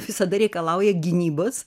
visada reikalauja gynybos